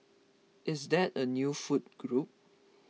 is that a new food group